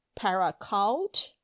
Paracult